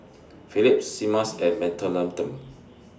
Phillips Simmons and Mentholatum